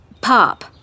Pop